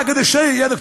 (אומר בערבית: הדבר הזה,